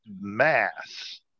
mass